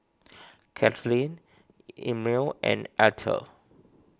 Caitlyn Emil and Arther